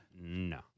No